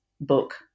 book